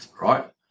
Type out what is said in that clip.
right